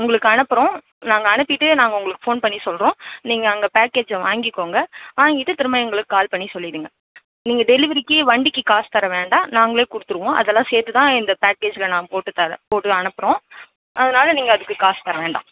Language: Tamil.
உங்களுக்கு அனுப்புகிறோம் நாங்கள் அனுப்பிட்டு நாங்கள் உங்களுக்கு ஃபோன் பண்ணி சொல்கிறோம் நீங்கள் அங்கே பேக்கேஜை வாங்கிக்கோங்க வாங்கிட்டு திரும்ப எங்களுக்கு கால் பண்ணி சொல்லிடுங்கள் நீங்கள் டெலிவரிக்கு வண்டிக்கு காசு தர வேண்டாம் நாங்களே கொடுத்துருவோம் அதெல்லாம் சேர்த்துதான் இந்த பேக்கேஜ் நான் போட்டு தரேன் போட்டு அனுப்புகிறோம் அதனால நீங்கள் அதுக்குக் காசு தர வேண்டாம்